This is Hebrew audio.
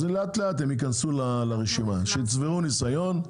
הם יוכלו להיכנס לאט-לאט לרשימה לאחר שיצברו ניסיון.